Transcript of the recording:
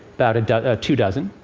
about ah two dozen.